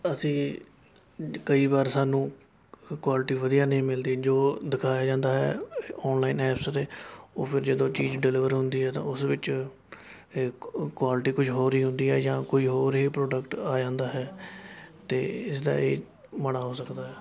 ਅਸੀਂ ਕਈ ਵਾਰ ਸਾਨੂੰ ਕੁਆਲਿਟੀ ਵਧੀਆ ਨਹੀਂ ਮਿਲਦੀ ਜੋ ਦਿਖਾਇਆ ਜਾਂਦਾ ਹੈ ਔਨਲਾਈਨ ਐਪਸ 'ਤੇ ਉਹ ਫਿਰ ਜਦੋਂ ਚੀਜ਼ ਡਿਲੀਵਰ ਹੁੰਦੀ ਹੈ ਤਾਂ ਉਸ ਵਿੱਚ ਕੁਆਲਿਟੀ ਕੁਛ ਹੋਰ ਹੀ ਹੁੰਦੀ ਹੈ ਜਾਂ ਕੋਈ ਹੋਰ ਹੀ ਪ੍ਰੋਡਕਟ ਆ ਜਾਂਦਾ ਹੈ ਅਤੇ ਇਸ ਦਾ ਇਹ ਮਾੜਾ ਹੋ ਸਕਦਾ